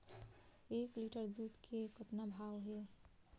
एक लिटर दूध के कतका भाव हे?